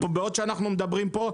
בעוד שאנחנו מדברים פה,